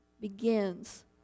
begins